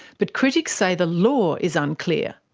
but critics say the law is unclear,